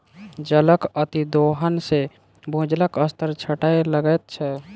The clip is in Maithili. जलक अतिदोहन सॅ भूजलक स्तर घटय लगैत छै